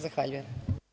Zahvaljujem.